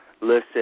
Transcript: Listen